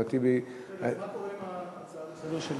מה קורה עם ההצעה לסדר שלי?